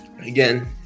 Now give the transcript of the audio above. Again